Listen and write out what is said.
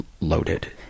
loaded